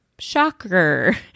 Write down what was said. shocker